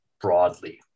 broadly